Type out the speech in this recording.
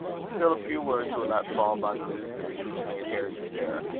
still a few words were let fall by the visitors, which made harry stare.